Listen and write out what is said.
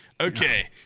Okay